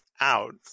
out